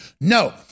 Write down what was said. No